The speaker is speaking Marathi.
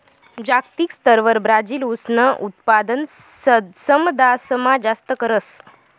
जागतिक स्तरवर ब्राजील ऊसनं उत्पादन समदासमा जास्त करस